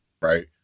right